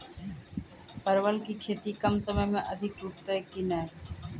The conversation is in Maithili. परवल की खेती कम समय मे अधिक टूटते की ने?